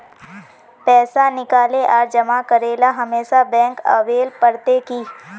पैसा निकाले आर जमा करेला हमेशा बैंक आबेल पड़ते की?